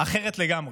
אחרת לגמרי.